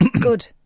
Good